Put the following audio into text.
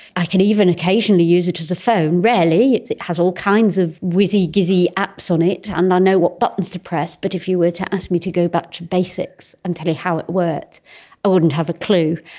i can even occasionally use it as a phone, rarely, it it has all kinds of whizzy-gizzy apps on it, and i know what buttons to press, but if you were to ask me to go back to basics and tell you how it worked, i wouldn't have a clue,